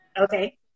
Okay